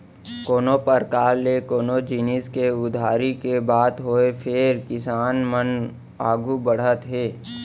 कोनों परकार ले कोनो जिनिस के उधारी के बात होय फेर किसान मन आघू बढ़त हे